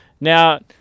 now